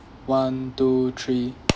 one two three